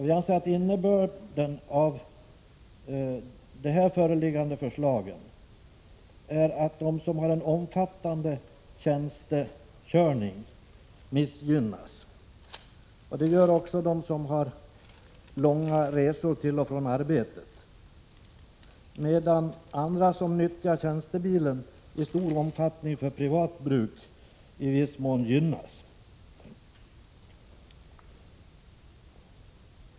Vi anser att innebörden av de här föreliggande förslagen är att de som har en omfattande tjänstekörning missgynnas. Det gör också de som har långa resor till och från arbetet, medan andra som nyttjar tjänstebilen i stor omfattning för privat bruk i viss mån gynnas.